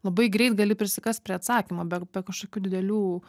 labai greit gali prisikast prie atsakymo be be kažkokių didelių